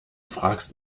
fragst